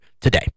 today